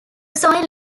soil